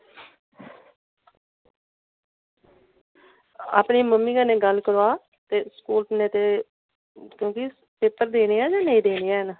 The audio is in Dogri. अपनी मम्मी कन्नै गल्ल करवयां ते स्कूल क्योंकि पेपर देने है कि नेईं देने हैन